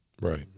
Right